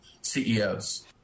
CEOs